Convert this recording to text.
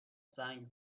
سنگ